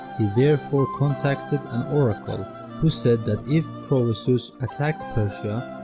he therefore contacted an oracle who said that if croesus attacked persia,